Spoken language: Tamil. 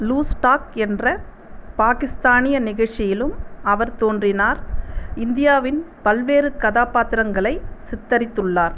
லூஸ் டாக் என்ற பாகிஸ்தானிய நிகழ்ச்சியிலும் அவர் தோன்றினார் இந்தியாவின் பல்வேறு கதாபாத்திரங்களை சித்தரித்துள்ளார்